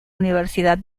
universidad